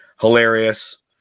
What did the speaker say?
hilarious